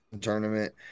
tournament